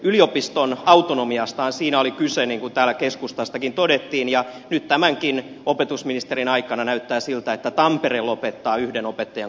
yliopiston autonomiastahan siinä oli kyse niin kuin täällä keskustastakin todettiin ja nyt tämänkin opetusministerin aikana näyttää siltä että tampere lopettaa yhden opettajankoulutuslaitoksen suomesta